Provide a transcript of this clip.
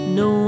no